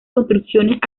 construcciones